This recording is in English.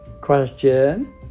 question